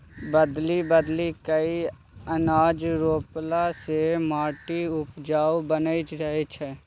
बदलि बदलि कय अनाज रोपला से माटि उपजाऊ बनल रहै छै